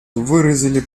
выразили